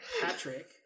Patrick